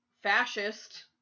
fascist